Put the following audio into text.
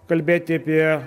kalbėti apie